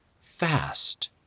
fast